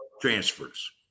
Transfers